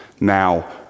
now